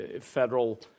federal